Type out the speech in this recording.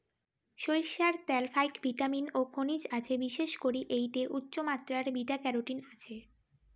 সইরষার ত্যালত ফাইক ভিটামিন ও খনিজ আছে, বিশেষ করি এ্যাইটে উচ্চমাত্রার বিটা ক্যারোটিন আছে